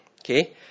okay